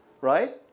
right